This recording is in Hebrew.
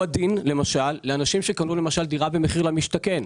הוא הדין לאנשים שקנו דירה במחיר למשתכן.